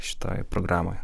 šitoj programoj